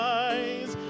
eyes